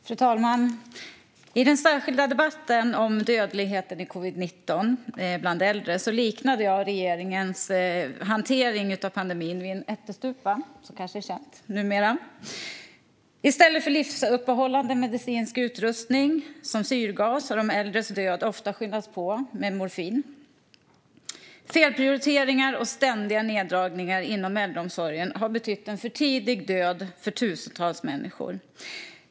Fru talman! I den särskilda debatten om dödligheten i covid-19 bland äldre liknade jag regeringens hantering av pandemin vid en ättestupa, vilket kanske är känt numera. I stället för användning av livsuppehållande medicinsk utrustning med till exempel syrgas har de äldres död ofta skyndats på med morfin. Felprioriteringar och ständiga neddragningar inom äldreomsorgen har betytt en för tidig död för tusentals människor.